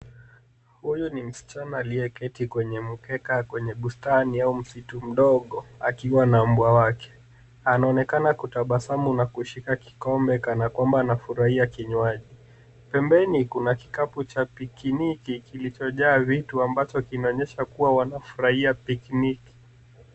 Huyu ni msichana aliyeketi kwenye mkeka kwenye bustani au msitu mdogo akiwa na mbwa wake. Anaonekana kutabasamu na kushika kikombe kana kwamba anafurahia kinywaji. Pembeni kuna kikapu cha pikiniki kilichojaa vitu ambacho kinaonyesha kuwa wanafurahia pikiniki.